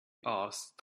asked